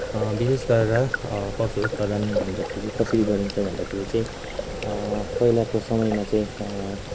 विशेष गरेर पशु उत्पादन भन्दाखेरि कसरी गरिन्छ भन्दाखेरि चाहिँ पहिलाको समयमा चाहिँ